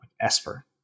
Esper